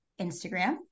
Instagram